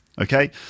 okay